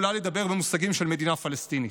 יכולה לדבר במושגים של מדינה פלסטינית.